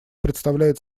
представляет